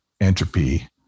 entropy